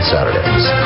Saturdays